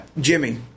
Jimmy